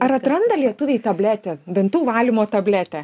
ar atranda lietuviai tabletę dantų valymo tabletę